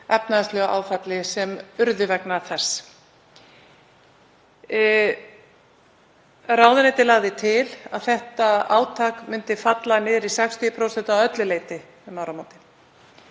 efnahagslegu áfalli sem varð vegna þess. Ráðuneytið lagði til að þetta átak myndi falla niður í 60% að öllu leyti um áramótin.